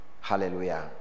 hallelujah